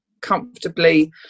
comfortably